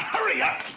hurry up.